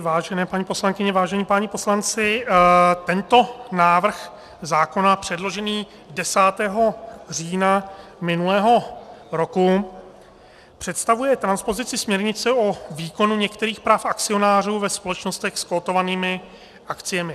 Vážené paní poslankyně, vážení páni poslanci, tento návrh zákona, předložený 10. října minulého roku, představuje transpozici směrnice o výkonu některých práv akcionářů ve společnostech s kotovanými akciemi.